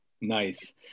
Nice